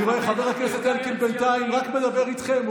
אני רואה שחבר הכנסת אלקין בינתיים רק מדבר איתכם.